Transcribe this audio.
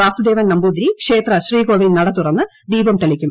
വാസുദേവൻ നമ്പൂതിരി ക്ഷേത്ര ശ്രീകോവിൽ നട തുറന്ന് ദീപം തെളിക്കും